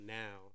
now